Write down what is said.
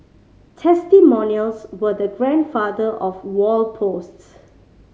testimonials were the grandfather of wall posts